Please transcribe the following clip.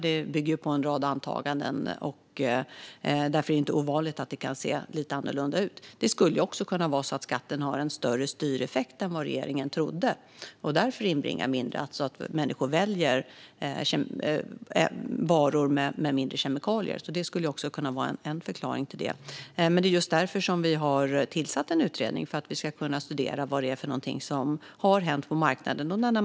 Det bygger på en rad antaganden, och därför är det inte ovanligt att det kan se lite annorlunda ut. Det skulle också kunna vara så att skatten har större styreffekt än regeringen trodde och därför inbringar mindre, alltså att människor väljer varor med mindre kemikalier. Det skulle också kunna vara en förklaring. Det är just därför vi har tillsatt en utredning - för att kunna studera vad det är som har hänt på marknaden.